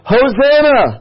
Hosanna